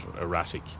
erratic